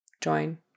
join